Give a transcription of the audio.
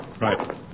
Right